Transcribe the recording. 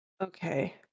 Okay